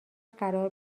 قرار